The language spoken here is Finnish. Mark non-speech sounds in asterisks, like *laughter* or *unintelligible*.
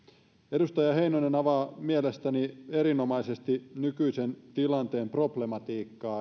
edustaja heinonen avaa mielestäni erinomaisesti nykyisen tilanteen problematiikkaa *unintelligible*